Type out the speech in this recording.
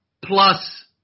plus